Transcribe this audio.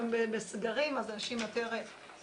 הם יותר בסגרים אז אנשים יותר פנו.